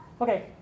Okay